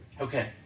Okay